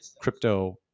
crypto